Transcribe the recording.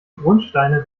grundsteine